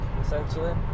essentially